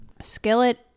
Skillet